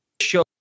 show